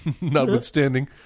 notwithstanding